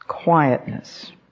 Quietness